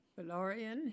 Valorian